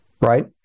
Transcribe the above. right